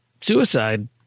suicide